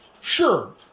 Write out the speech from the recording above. Sure